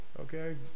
okay